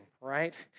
right